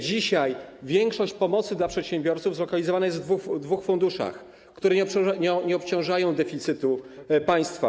Dzisiaj większość pomocy dla przedsiębiorców zlokalizowana jest w dwóch funduszach, które nie obciążają deficytu państwa.